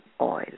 oil